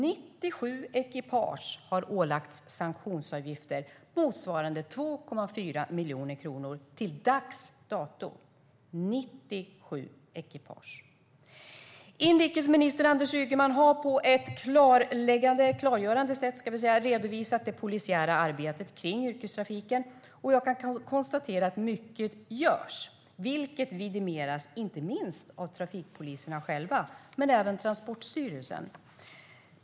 97 ekipage har till dags dato ålagts sanktionsavgifter motsvarande 2,4 miljoner kronor. Inrikesminister Anders Ygeman har på ett klargörande sätt redovisat det polisiära arbetet kring yrkestrafiken. Jag kan konstatera att mycket görs, vilket vidimeras inte minst av trafikpoliserna själva men även av Transportstyrelsen.